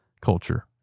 culture